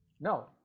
No